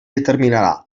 determinarà